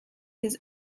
his